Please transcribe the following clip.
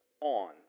on